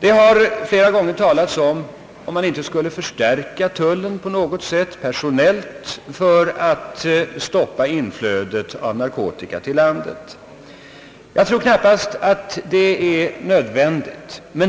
Det har flera gånger ifrågasatts om man inte skulle förstärka tullen personellt för att stoppa inflödet av narkotika till landet. Jag tror knappast att det är nödvändigt.